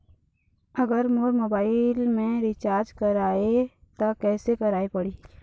अगर मोर मोबाइल मे रिचार्ज कराए त कैसे कराए पड़ही?